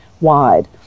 wide